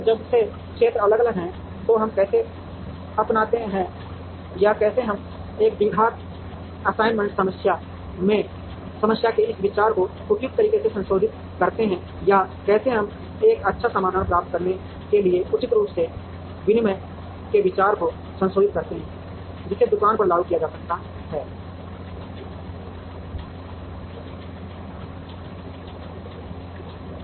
और जब से क्षेत्र अलग अलग हैं तो हम कैसे अपनाते हैं या कैसे हम एक द्विघात असाइनमेंट समस्या के इस विचार को उपयुक्त तरीके से संशोधित करते हैं या कैसे हम एक अच्छा समाधान प्राप्त करने के लिए उचित रूप से विनिमय के विचार को संशोधित करते हैं जिसे दुकान पर लागू किया जा सकता है मंज़िल